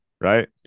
right